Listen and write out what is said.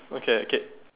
okay okay